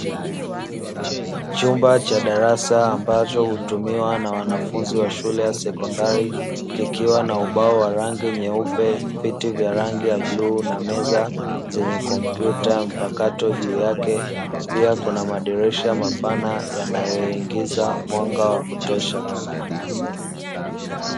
Chumba cha darasa, ambacho hutumiwa na wanafunzi wa shule ya sekondari, kikiwa na ubao wa rangi nyeupe, viti vya rangi ya bluu na meza zenye kompyuta mpakato juu yake. Pia kuna madirisha mapana yanayoingiza mwanga wa kutosha.